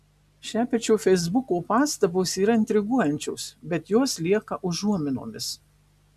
šepečio feisbuko pastabos yra intriguojančios bet jos lieka užuominomis